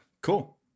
Cool